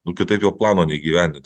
nu kitaip jo plano neįgyvendinsi